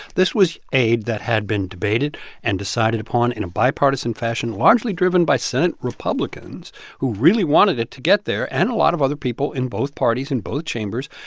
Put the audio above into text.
this was aid that had been debated and decided upon in a bipartisan fashion, largely driven by senate republicans who really wanted it to get there and a lot of other people in both parties in both chambers.